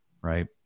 right